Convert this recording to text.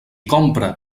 compra